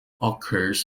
occurs